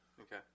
Okay